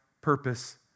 purpose